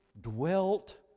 dwelt